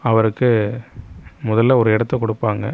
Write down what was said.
அவருக்கு முதல்ல ஒரு இடத்த கொடுப்பாங்க